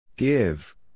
Give